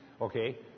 Okay